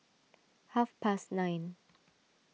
half past nine